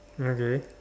okay